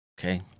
Okay